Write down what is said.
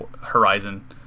Horizon